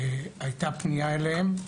שהיתה פנייה אליהם,